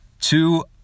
Two